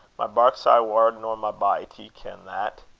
my bark's aye waur nor my bite ye ken that.